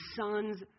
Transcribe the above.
son's